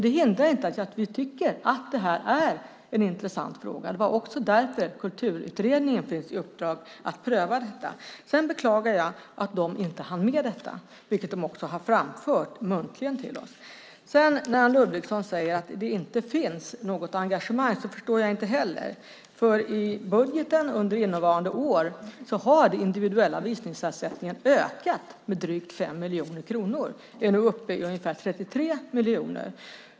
Det hindrar inte att vi tycker att det här är en intressant fråga. Det var också därför Kulturutredningen fick i uppdrag att pröva detta. Sedan beklagar jag att de inte hann med detta, vilket de också har framfört muntligen till oss. När Anne Ludvigsson säger att det inte finns något engagemang förstår jag inte heller det, för i budgeten under innevarande år har den individuella visningsersättningen ökat med drygt 5 miljoner kronor och är nu uppe i ungefär 33 miljoner.